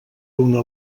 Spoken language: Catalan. una